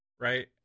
Right